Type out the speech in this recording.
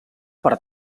per